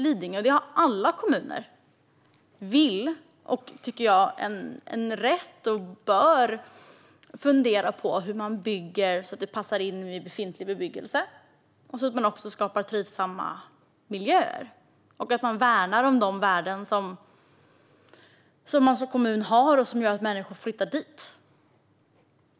Sedan vill såklart Lidingö, liksom alla kommuner, fundera på hur man bygger så att det passar ihop med befintlig bebyggelse, så att man skapar trivsamma miljöer och så att man värnar om de värden som kommunen har och som gör att människor flyttar dit. Det tycker jag också att man har rätt att göra och att man bör göra.